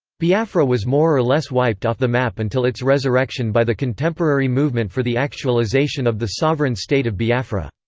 biafra was more or less wiped off the map until its resurrection by the contemporary movement for the actualisation of the sovereign state of biafra.